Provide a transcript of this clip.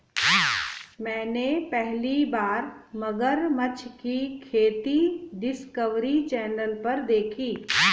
मैंने पहली बार मगरमच्छ की खेती डिस्कवरी चैनल पर देखी